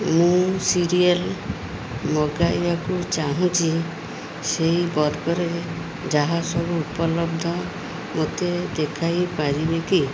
ମୁଁ ସିରିଏଲ୍ ମଗାଇବାକୁ ଚାହୁଁଛି ସେହି ବର୍ଗରେ ଯାହା ସବୁ ଉପଲବ୍ଧ ମୋତେ ଦେଖାଇ ପାରିବେ କି